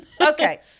okay